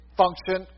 function